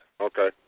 Okay